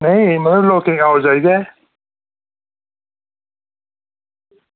नेईं मतलब लोकें दी आओ जाई ऐ